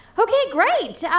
ok, great. so